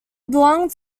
belonged